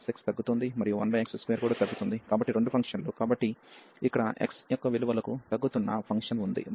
కాబట్టి రెండు ఫంక్షన్లు కాబట్టి ఇక్కడ x యొక్క విలువలకు తగ్గుతున్న ఫంక్షన్ ఉంది